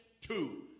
two